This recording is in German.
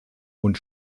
und